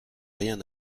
rien